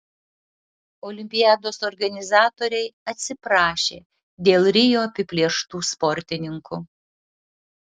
olimpiados organizatoriai atsiprašė dėl rio apiplėštų sportininkų